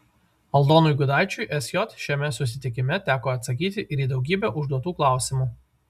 aldonui gudaičiui sj šiame susitikime teko atsakyti ir į daugybę užduotų klausimų